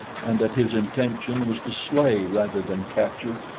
and that his intention was to slay rather than capture.